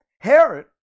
Herod